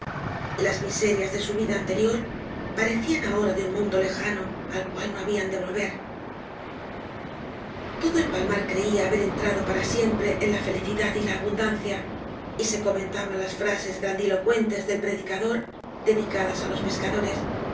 las miserias de su vida anterior parecían ahora de un mundo lejano al cual no habían de volver todo el palmar creía haber entrado para siempre en la felicidad y la abundancia y se comentaban las frases grandilocuentes del predicador dedicadas á los pescadores la